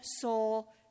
soul